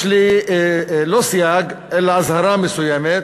יש לי לא סייג אלא אזהרה מסוימת,